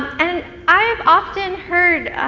and i have often heard,